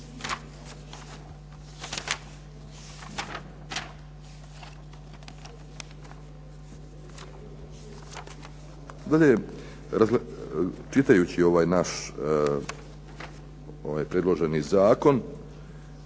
Dalje, čitajući ovaj naš ovaj predloženi zakon,